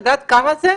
את יודעת כמה זה?